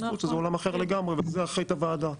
שזה עולם אחר לגמרי ועל זה אחארית הוועדה.